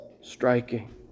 striking